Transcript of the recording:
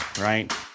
right